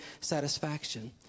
satisfaction